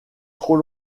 trop